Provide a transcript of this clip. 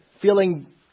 feeling